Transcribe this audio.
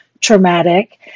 traumatic